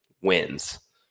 wins